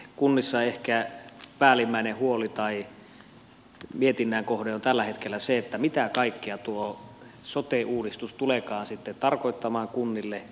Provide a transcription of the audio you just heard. kunnissa ehkä päällimmäinen huoli tai mietinnän kohde on tällä hetkellä se mitä kaikkea tuo sote uudistus tuleekaan sitten tarkoittamaan kunnille